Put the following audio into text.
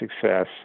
success